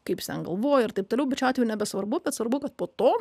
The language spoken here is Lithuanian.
kaip ten buvo ir taip toliau bet šiuo atveju nebesvarbu bet svarbu kad po to